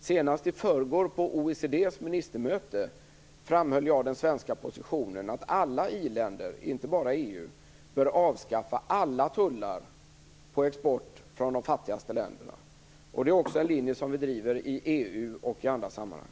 Senast i förrgår, på OECD:s ministermöte, framhöll jag den svenska positionen att alla i-länder, inte bara i EU, bör avskaffa alla tullar på export från de fattigaste länderna. Det är också en linje som vi driver i EU och i andra sammanhang.